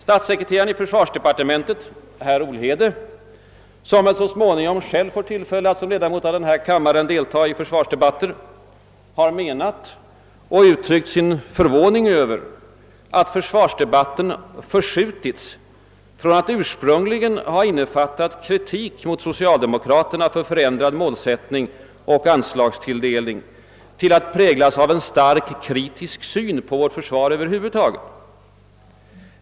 Statssekreteraren i försvarsdepartementet herr Olhede, som väl så småningom själv får tillfälle att såsom ledamot av denna kammare delta i försvarsdebatter, har uttryckt sin förvåning över att försvarsdebatten förskjutits från att ursprungligen ha innefattat kritik mot socialdemokraterna för förändrad målsättning och anslagstilldelning till att präglas av en starkt kritisk syn på vårt försvar över huvud taget.